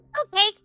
Okay